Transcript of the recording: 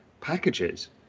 packages